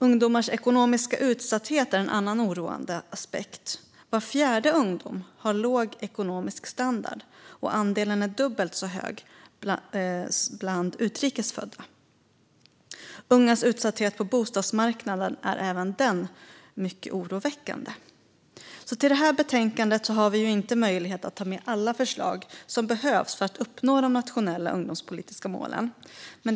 Ungdomars ekonomiska utsatthet är en annan oroande aspekt. Var fjärde ungdom har låg ekonomisk standard, och andelen är dubbelt så stor bland utrikes födda. Ungas utsatthet på bostadsmarknaden är även den mycket oroväckande. I det här betänkandet har vi inte möjlighet att ta med alla förslag som behövs för att uppnå de nationella ungdomspolitiska målen.